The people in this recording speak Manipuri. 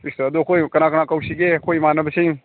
ꯏꯁ ꯑꯗꯨ ꯑꯩꯈꯣꯏ ꯀꯅꯥ ꯀꯅꯥ ꯀꯧꯁꯤꯒꯦ ꯑꯩꯈꯣꯏ ꯏꯃꯥꯟꯅꯕꯁꯤꯡ